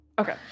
Okay